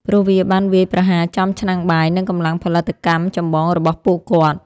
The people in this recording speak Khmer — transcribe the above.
ព្រោះវាបានវាយប្រហារចំ ឆ្នាំងបាយ និងកម្លាំងផលិតកម្មចម្បងរបស់ពួកគាត់។